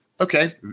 okay